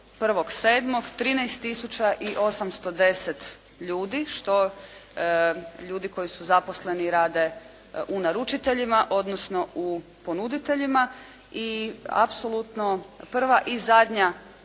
tisuća 810 ljudi, što ljudi koji su zaposleni i rade u naručiteljima, odnosno u ponuditeljima i apsolutno prva i zadnja